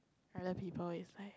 I like people it's like